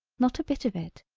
not a bit of it.